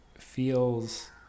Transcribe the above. feels